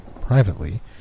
Privately